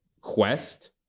quest